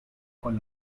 con